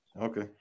Okay